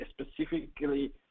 specifically